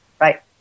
Right